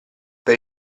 per